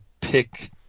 pick